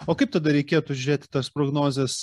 o kaip tada reikėtų žėti tas prognozes